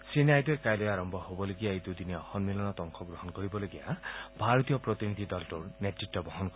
শ্ৰীনাইডু কাইলৈ আৰম্ভ হবলগীয়া এই দুদিনীয়া সমিলনত অংশগ্ৰহণ কৰিবলগীয়া ভাৰতীয় প্ৰতিনিধি দলটোৰ নেতৃত্ব বহন কৰিব